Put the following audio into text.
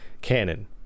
canon